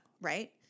right